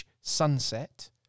Sunset